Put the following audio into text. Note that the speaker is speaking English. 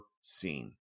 seen